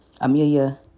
Amelia